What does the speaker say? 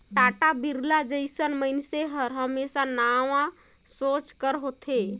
टाटा, बिरला जइसन मइनसे हर हमेसा नावा सोंच कर होथे